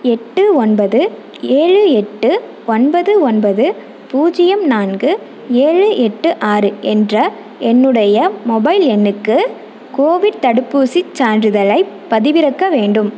எட்டு ஒன்பது ஏழு எட்டு ஒன்பது ஒன்பது பூஜ்ஜியம் நான்கு ஏழு எட்டு ஆறு என்ற என்னுடைய மொபைல் எண்ணுக்கு கோவிட் தடுப்பூசிச் சான்றிதழைப் பதிவிறக்க வேண்டும்